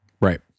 Right